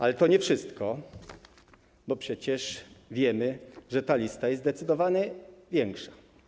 Ale to nie wszystko, bo przecież wiemy, że ta lista jest zdecydowanie dłuższa.